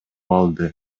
алды